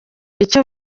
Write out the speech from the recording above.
icyo